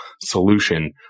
solution